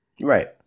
Right